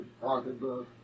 pocketbook